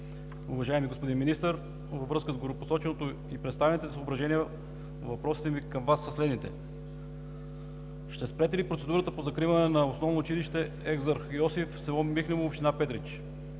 Уважаеми господин Министър, във връзка с горепосоченото и представените съображения, въпросите ми към Вас са следните: Ще спрете ли процедурата по закриване на Основно училище „Екзарх Йосиф“ в село Михнево, община Петрич?